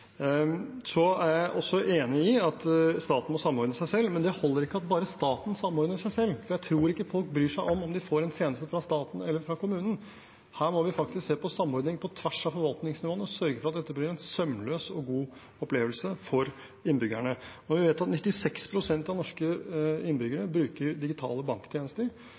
Så er jeg enig i at staten må samordne seg selv, men det holder ikke at bare staten samordner seg selv, for jeg tror ikke folk bryr seg om om de får en tjeneste fra staten eller fra kommunen. Her må vi faktisk se på samordning på tvers av forvaltningsnivåene og sørge for at dette blir en sømløs og god opplevelse for innbyggerne. Når vi vet at 96 pst. av norske innbyggere bruker digitale banktjenester,